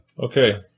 Okay